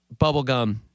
bubblegum